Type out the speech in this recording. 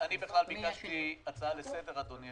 אני בכלל ביקשתי הצעה לסדר, אדוני.